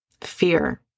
fear